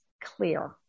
clear